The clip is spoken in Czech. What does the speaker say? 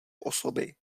osoby